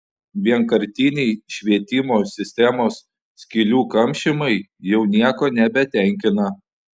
vienkartiniai švietimo sistemos skylių kamšymai jau nieko nebetenkina